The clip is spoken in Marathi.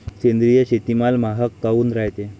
सेंद्रिय शेतीमाल महाग काऊन रायते?